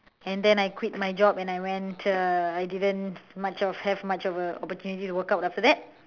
and then I quit my job and I went uh I didn't much of have much of a opportunity to work out after that